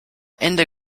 ende